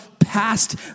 past